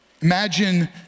Imagine